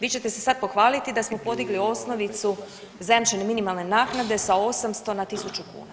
Vi ćete se sad pohvaliti da smo podigli osnovicu zajamčene minimalne naknade sa 800 na 1000 kuna.